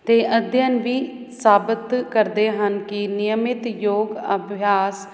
ਅਤੇ ਅਧਿਐਨ ਵੀ ਸਾਬਤ ਕਰਦੇ ਹਨ ਕਿ ਨਿਯਮਿਤ ਯੋਗ ਅਭਿਆਸ